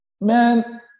man